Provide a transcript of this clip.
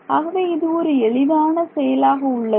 ஆகவே இது ஒரு எளிதான செயலாக உள்ளது